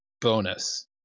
bonus